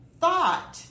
thought